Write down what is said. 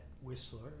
whistler